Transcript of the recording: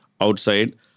outside